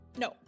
No